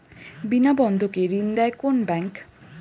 বিনা বন্ধকে ঋণ দেয় কোন ব্যাংক?